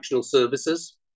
services